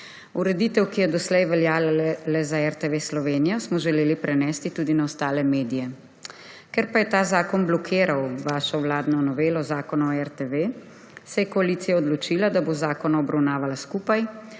Ureditev, ki je doslej veljala le za RTV Slovenija, smo želeli prenesti tudi na ostale medije. Ker pa je ta zakon blokiral vašo vladno novelo Zakona o RTV, se je koalicija odločila, da bo zakon obravnavala skupaj,